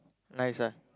nice ah